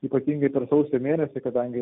ypatingai per sausio mėnesį kadangi